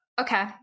Okay